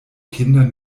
kinder